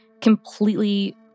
completely